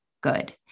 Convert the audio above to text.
good